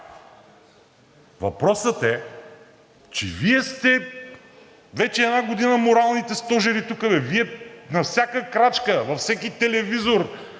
Въпросът е, че Вие сте вече една година моралните стожери тук, Вие на всяка крачка, във всеки телевизор,